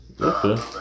Okay